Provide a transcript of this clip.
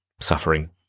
suffering